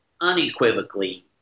unequivocally